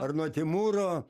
ar tuo timūro